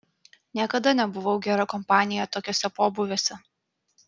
niekada nebuvau gera kompanija tokiuose pobūviuose